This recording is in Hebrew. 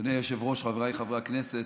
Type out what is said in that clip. אדוני היושב-ראש, חבריי חברי הכנסת,